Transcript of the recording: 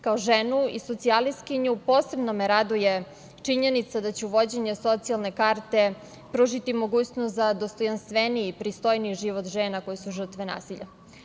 Kao ženu i socijalistkinju posebno me raduje činjenica da će uvođenje socijalne karte pružiti mogućnost za dostojanstveniji, pristojniji život žena koje su žrtve nasilja.